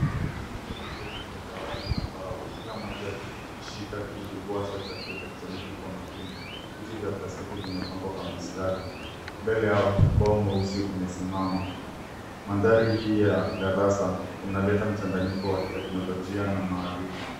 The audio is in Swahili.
Wanafunzi wameketi kwenye dawati za mbao kila moja akishika kidubwasha cha elektroniki kwa makini. Viti vya plastiki vimepangwa kwa mistari, mbele yao ubao mweusi umesimama mandhari hii ya darasa unaleta mchanganyiko wa teknologia na maarifa.